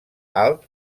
alt